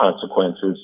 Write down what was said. consequences